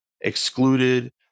excluded